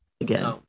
again